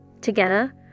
Together